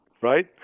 right